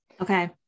Okay